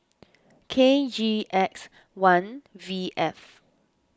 K G X one V F